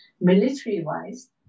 military-wise